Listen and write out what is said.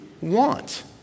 want